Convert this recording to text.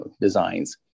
designs